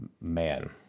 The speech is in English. Man